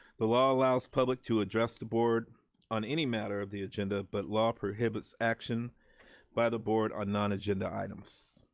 the law allows public to address the board on any matter of the agenda, but law prohibits action by the board on non-agenda items.